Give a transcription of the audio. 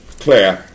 Claire